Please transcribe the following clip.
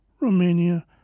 Romania